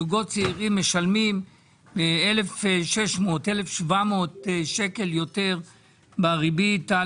זוגות צעירים משלמים 1,600-1,700 שקלים יותר בריבית על